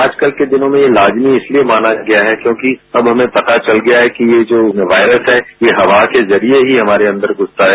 आजकल के दिनों में यह लाजमी यह माना गया है क्योंकि अब हमें पता चल गया है कि जो वायरस है यह हवा के जरिये ही हमारे अंदर घुसता है